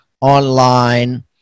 online